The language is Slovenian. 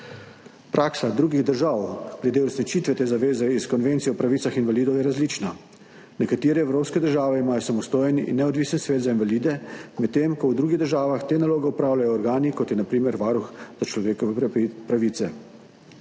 Praksa drugih držav glede uresničitve te zaveze iz Konvencije o pravicah invalidov je različna. Nekatere evropske države imajo samostojen in neodvisen svet za invalide, medtem ko v drugih državah te naloge opravljajo organi, kot je na primer varuh človekovih pravic.